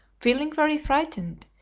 feeling very frightened,